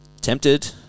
tempted